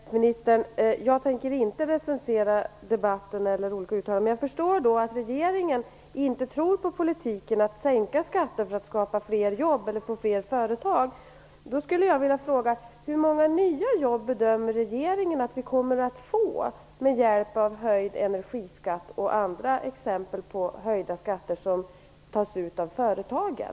Fru talman! Jag har en följdfråga till näringsministern. Jag tänker inte recensera debatten eller olika uttalanden, men jag förstår att regeringen inte tror på politiken att sänka skatter för att skapa fler jobb och fler företag. Då skulle jag vilja fråga: Hur många nya jobb bedömer regeringen att vi kommer att få med hjälp av höjd energiskatt och andra höjda skatter som tas ut av företagen?